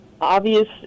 obvious